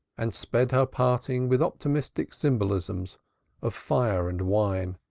and sped her parting with optimistic symbolisms of fire and wine,